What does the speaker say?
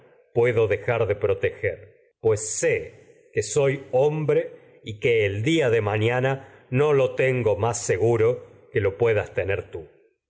puedo dejar de proteger pues sé que soy hombre y que el día de mañana no lo tengo más seguro que lo pue das tener tú